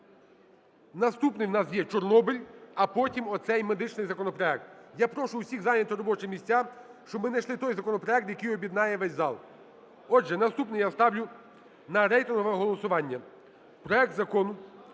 наступний в нас є Чорнобиль, а потім оцей медичний законопроект. Я прошу усіх зайняти робочі місця, щоб ми знайшли той законопроект, який об'єднає весь зал. Отже, наступний я ставлю на рейтингове голосування проект Закону